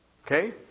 Okay